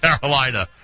Carolina